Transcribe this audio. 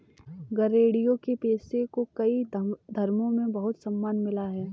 गरेड़िया के पेशे को कई धर्मों में बहुत सम्मान मिला है